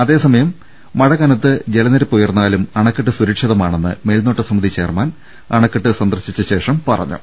അതേസമയം മഴ കനത്ത് ജലനിരപ്പ് ഉയർന്നാലും അണക്കെട്ടു സുരക്ഷിതമാണെന്ന് മേൽനോട്ട സമിതി ചെയർമാൻ അണക്കെട്ട് സന്ദർശിച്ചശേഷം പറഞ്ഞു